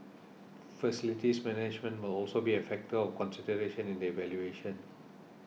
facilities management will also be a factor of consideration in the evaluation